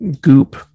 goop